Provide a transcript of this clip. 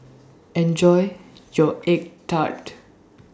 Enjoy your Egg Tart